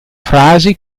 frasi